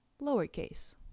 Lowercase